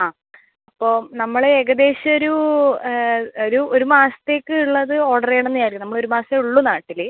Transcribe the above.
ആ അപ്പോൾ നമ്മൾ ഏകദേശം ഒരു ഒരു ഒരു മാസത്തേക്കുള്ളത് ഓർഡറ് ചെയ്യണന്നാണ് നമ്മൾ ഒരു മാസേ ഉള്ളൂ നാട്ടിൽ